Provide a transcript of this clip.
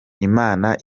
imana